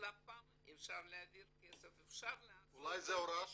אפשר להעביר כסף מלפ"מ --- אולי זו הוראה שלו?